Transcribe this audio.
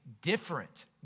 different